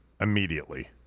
Immediately